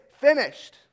finished